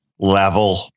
level